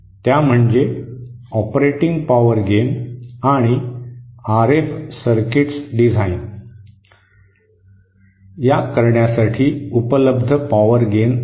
त्या म्हणजे operating power gain आणि आरएफ सर्किट्स डिझाइन करण्यासाठी उपलब्ध पॉवर गेन आहेत